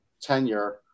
tenure